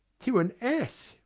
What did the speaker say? to an ass,